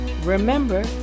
Remember